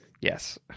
Yes